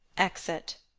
exit